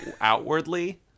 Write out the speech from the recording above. outwardly